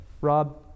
Rob